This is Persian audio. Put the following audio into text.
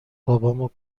بابامو